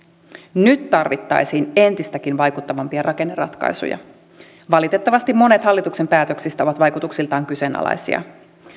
nyt tarvittaisiin entistäkin vaikuttavampia rakenneratkaisuja valitettavasti monet hallituksen päätöksistä ovat vaikutuksiltaan kyseenalaisia